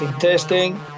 Testing